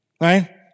right